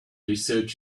research